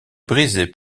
brisée